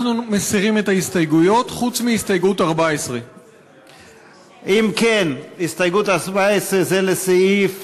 אנחנו מסירים את ההסתייגויות חוץ מהסתייגות 14. הסתייגות 14 היא לסעיף